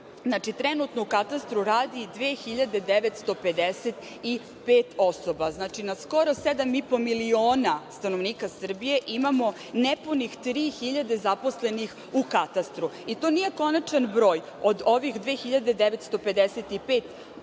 trenutno u katastru radi 2.955 osoba. Znači, na skoro 7,5 miliona stanovnika Srbije imamo nepunih 3.000 zaposlenih u katastru. I to nije konačan broj od ovih 2.955